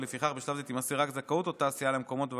ולפיכך בשלב זה תימסר רק זכאות אותה סיעה למקומות בוועדות,